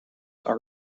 are